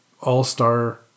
all-star